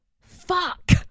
fuck